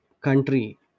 country